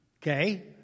Okay